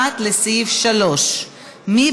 1, לסעיף 3. מי